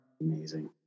Amazing